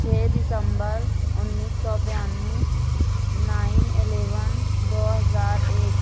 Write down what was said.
چھ دسمبر انیس سو بانوے نائن الیون دو ہزار ایک